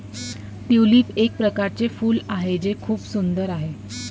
tulip एक प्रकारचे फूल आहे जे खूप सुंदर आहे